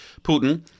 putin